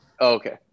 Okay